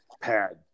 pad